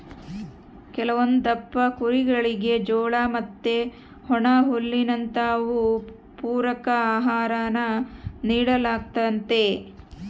ಕೆಲವೊಂದಪ್ಪ ಕುರಿಗುಳಿಗೆ ಜೋಳ ಮತ್ತೆ ಒಣಹುಲ್ಲಿನಂತವು ಪೂರಕ ಆಹಾರಾನ ನೀಡಲಾಗ್ತತೆ